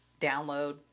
download